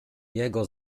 jego